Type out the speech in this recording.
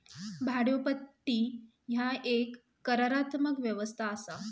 भाड्योपट्टी ह्या एक करारात्मक व्यवस्था असा